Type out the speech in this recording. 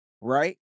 right